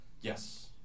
yes